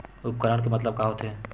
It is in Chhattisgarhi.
उपकरण के मतलब का होथे?